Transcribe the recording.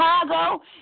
Chicago